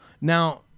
Now